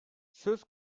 söz